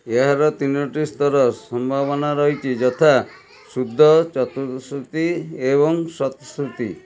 ଏହାର ତିନୋଟି ସ୍ତର ସମ୍ଭାବନା ରହିଛି ଯଥା ଶୁଦ୍ଧ ଚତୁଃଶ୍ରୁତି ଏବଂ ଶତ୍ଶ୍ରୁତି